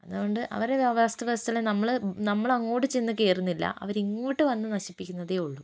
അതുകൊണ്ട് അവരെയൊരു ആവാസ വ്യവസ്ഥയിൽ നമ്മൾ നമ്മളങ്ങോട്ട് ചെന്ന് കയറുന്നില്ല അവരിങ്ങോട്ട് വന്ന് നശിപ്പിക്കുന്നതേ ഉള്ളൂ